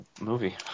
movie